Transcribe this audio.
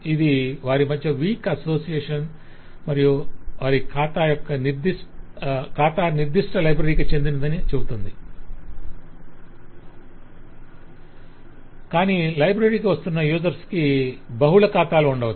ఇది వారి మధ్య వీక్ అసోసియేషన్ మరియు ఖాతా నిర్దిష్ట లైబ్రరీకి చెందినదని చెబుతుంది కాని లైబ్రరీకి వస్తున్న యూజర్స్ కి బహుళ ఖాతాలు ఉండవచ్చు